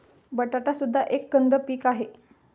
बटाटा सुद्धा एक कंद पीक आहे